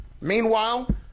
Meanwhile